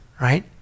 right